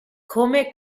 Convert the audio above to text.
come